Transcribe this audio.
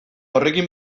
horrekin